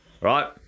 right